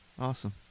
awesome